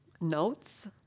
notes